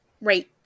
right